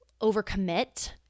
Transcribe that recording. overcommit